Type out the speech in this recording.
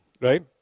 right